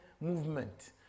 movement